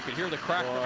hear the crowd